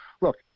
look